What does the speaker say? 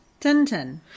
Tintin